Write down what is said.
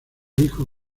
hijo